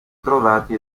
trovati